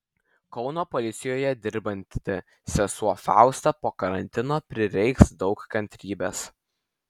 kauno policijoje dirbanti sesuo fausta po karantino prireiks daug kantrybės